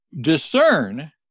discern